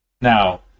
Now